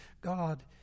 God